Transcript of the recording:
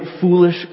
foolish